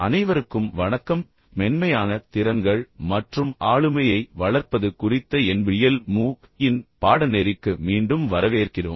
அனைவருக்கும் வணக்கம் மென்மையான திறன்கள் மற்றும் ஆளுமையை வளர்ப்பது குறித்த NPTEL MOOC இன் பாடநெறிக்கு மீண்டும் வரவேற்கிறோம்